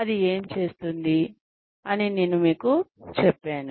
అది ఏమి చేస్తుంది అని నేను మీకు చెప్పాను